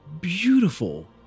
beautiful